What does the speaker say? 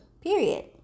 period